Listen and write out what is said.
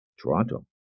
Toronto